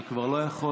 אני כבר לא יכול.